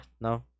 no